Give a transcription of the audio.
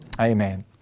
Amen